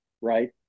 right